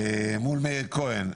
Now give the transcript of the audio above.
מול מאיר כהן,